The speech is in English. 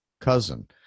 cousin